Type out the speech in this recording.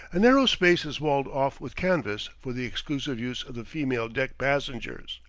a narrow space is walled off with canvas for the exclusive use of the female deck passengers,